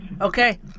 Okay